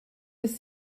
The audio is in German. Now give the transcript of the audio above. bis